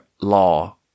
law